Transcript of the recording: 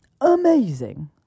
amazing